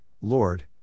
Lord